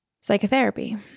psychotherapy